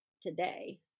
today